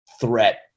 threat